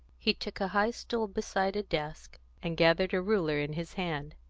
he took a high stool beside a desk, and gathered a ruler in his hand.